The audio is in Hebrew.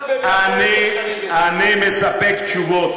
אל תתחבא, אני מספק תשובות.